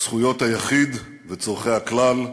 זכויות היחיד וצורכי הכלל,